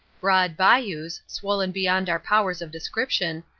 broad bayous, swollen beyond our powers of description,